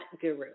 Guru